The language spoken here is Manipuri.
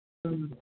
ꯎꯝ